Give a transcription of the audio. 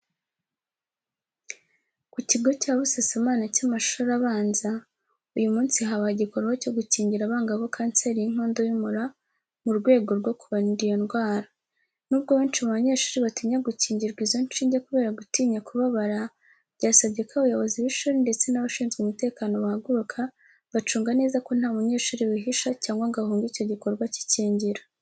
Ku kigo cya Busasamana cy’amashuri abanza, uyu munsi habaye igikorwa cyo gukingira abangavu kanseri y’inkondo y’umura mu rwego rwo kubarinda iyo ndwara. N'ubwo benshi mu banyeshuri batinya gukingirwa izo nshinge kubera gutinya kubabara, byasabye ko abayobozi b’ishuri ndetse n’abashinzwe umutekano bahaguruka, bacunga neza ko nta munyeshuri wihisha cyangwa ngo ahunge icyo gikorwa cy’ikingira.